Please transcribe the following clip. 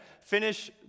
finish